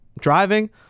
driving